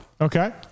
Okay